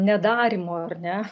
nedarymo ar ne